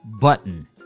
button